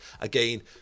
Again